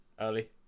early